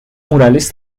murales